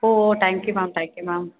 O thank you ma'am thank you ma'am